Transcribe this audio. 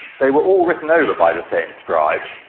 they were all written over by the same scribe.